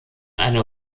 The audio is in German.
eine